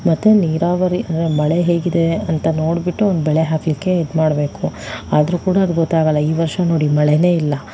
ಮತ್ತೆ ನೀರಾವರಿ ಅಂದರೆ ಮಳೆ ಹೇಗಿದೆ ಅಂತ ನೋಡಿಬಿಟ್ಟು ಅವನು ಬೆಳೆ ಹಾಕಲಿಕ್ಕೆ ಇದು ಮಾಡಬೇಕು ಆದರೂ ಕೂಡ ಅದು ಗೊತ್ತಾಗಲ್ಲ ಈ ವರ್ಷ ನೋಡಿ ಮಳೆಯೇ ಇಲ್ಲ